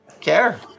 care